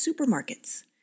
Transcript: supermarkets